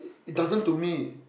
it doesn't to me